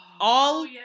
All-